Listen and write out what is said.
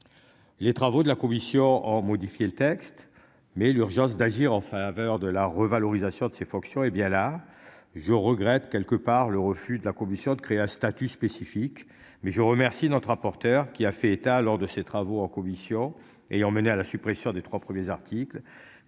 Les travaux de la commission ont modifié le texte mais l'urgence d'agir en faveur de la revalorisation de ses fonctions, hé bien là je regrette quelque part le refus de la commission de créer un statut spécifique mais je remercie notre rapporteur qui a fait état lors de ses travaux en commission ayant mené à la suppression des 3 premiers articles